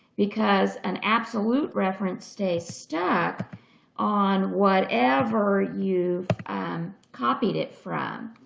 because an absolute reference stays stuck on whatever you've copied it from.